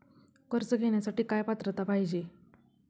कर्ज घेण्यासाठी काय पात्रता पाहिजे?